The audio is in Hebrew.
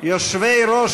יושבי-ראש